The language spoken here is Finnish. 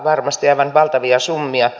varmasti aivan valtavia summia